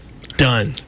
Done